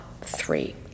three